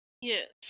Yes